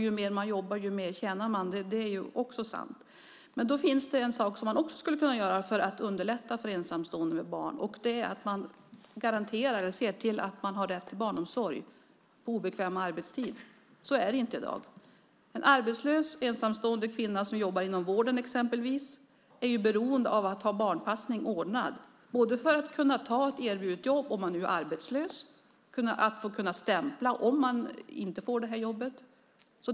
Ju mer man jobbar, desto mer tjänar man. Det är också sant. Men det finns en sak som man också skulle kunna göra för att underlätta för ensamstående med barn. Det är att man ser till att de har rätt till barnomsorg på obekväm arbetstid. Så är det inte i dag. En arbetslös ensamstående kvinna som exempelvis jobbar inom vården är beroende av att ha barnpassning ordnad både för att kunna ta ett erbjudet jobb, om man nu är arbetslös, och kunna stämpla om man inte får jobbet.